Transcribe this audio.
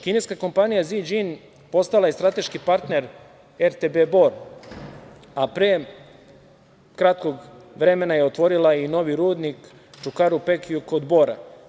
Kineska kompanija „Ziđin“ postala je strateški partner RTB Bor, a pre kratkog vremena je otvorila i novi rudnik Čukaru Peki kod Bora.